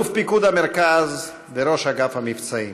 אלוף פיקוד המרכז וראש אגף המבצעים.